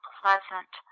pleasant